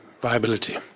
viability